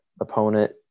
opponent